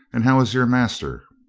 and how is your master?